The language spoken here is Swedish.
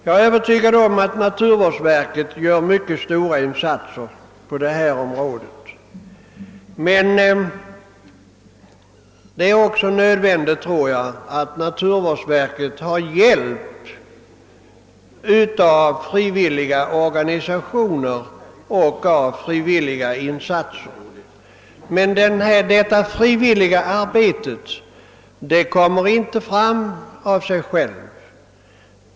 Jag är övertygad om att naturvårdsverket gör mycket stora insatser på detta område, men det är också nödvändigt att naturvårdsverket får hjälp av frivilliga organisationer och andra frivilliga. Men detta frivilliga arbete kommer inte fram av sig självt.